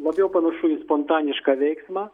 labiau panašu į spontanišką veiksmą